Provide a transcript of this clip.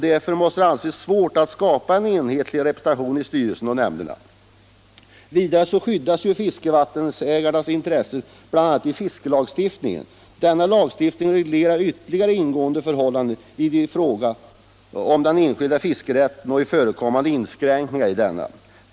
Därför måste det anses svårt att skapa en enhetlig representation för dem i styrelsen och nämnderna. Vidare skyddas fiskevattenägarnas intressen i bl.a. fiskelagstiftningen. Denna lagstiftning reglerar ytterst ingående förhållandena i fråga om den enskilda fiskerätten och förekommande inskränkningar i denna.